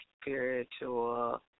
spiritual